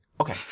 Okay